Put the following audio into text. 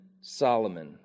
Solomon